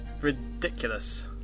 ridiculous